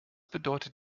bedeutet